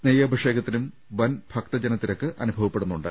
നെയ്യഭിഷേകത്തിനും വൻ ഭക്തജനത്തിരക്ക് അനുഭവപ്പെടുന്നുണ്ട്